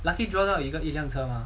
lucky draw 到一个一辆车 ah